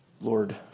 Lord